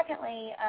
secondly